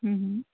ਹੂੰ ਹੂੰ